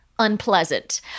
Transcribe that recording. unpleasant